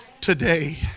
today